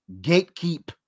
gatekeep